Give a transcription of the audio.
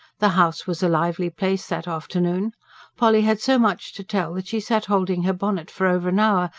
the house was a lively place that afternoon polly had so much to tell that she sat holding her bonnet for over an hour,